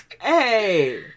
hey